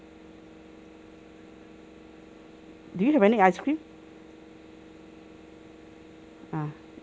do you have any ice cream ah